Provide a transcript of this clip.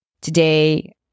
today